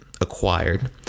acquired